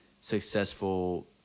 successful